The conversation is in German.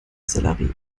sellerie